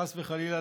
חס וחלילה,